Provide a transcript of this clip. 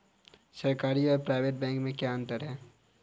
सरकारी और private bank में क्या अंतर है?